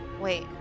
Wait